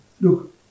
look